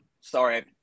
Sorry